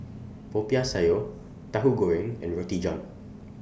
Popiah Sayur Tahu Goreng and Roti John